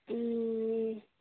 ए